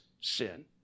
sin